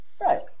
Right